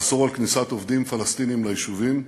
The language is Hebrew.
לאסור כניסת עובדים פלסטינים ליישובים.